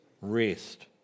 Rest